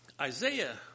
Isaiah